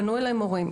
פנו אליי מורים,